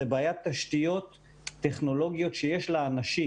בעיית תשתיות טכנולוגיות שיש לאנשים.